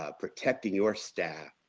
ah protecting your staff,